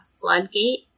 floodgate